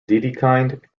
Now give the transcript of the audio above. dedekind